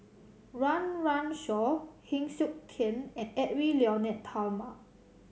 Run Run Shaw Heng Siok Tian and Edwy Lyonet Talma